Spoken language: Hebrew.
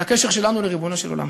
על הקשר שלנו לריבונו של עולם.